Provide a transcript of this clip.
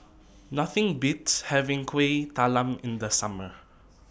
Nothing Beats having Kuih Talam in The Summer